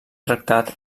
tractat